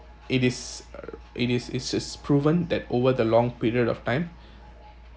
it is uh it is it is proven that over the long period of time